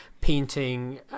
painting